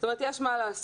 זאת אומרת, יש מה לעשות.